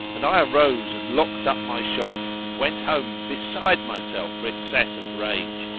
and i arose and locked up my shop and went home beside myself for excess of rage.